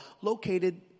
located